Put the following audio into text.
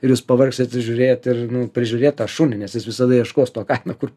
ir jūs pavargsit žiūrėt ir nu prižiūrėt tą šunį nes jis visada ieškos to katino kur